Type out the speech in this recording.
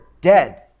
dead